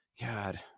God